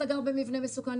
אתה גר במבנה מסוכן.